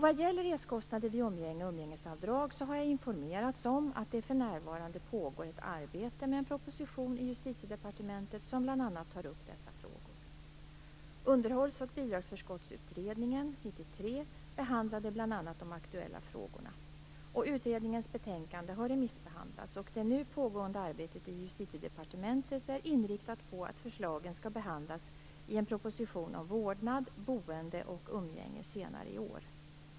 Vad gäller resekostnader vid umgänge och umgängesavdrag har jag informerats om att det för närvarande pågår ett arbete med en proposition i Justitiedepartementet som bl.a. tar upp dessa frågor. behandlade bl.a. de aktuella frågorna. Utredningens betänkande har remissbehandlats. Det nu pågående arbetet i Justitiedepartementet är inriktat på att förslagen skall behandlas i en proposition om vårdnad, boende och umgänge senare i år.